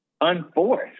unforced